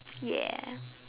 ya